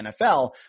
NFL